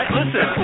listen